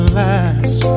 last